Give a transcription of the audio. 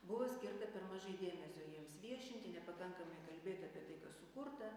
buvo skirta per mažai dėmesio jiems viešinti nepakankamai kalbėta apie tai kas sukurta